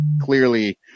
Clearly